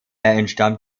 entstammt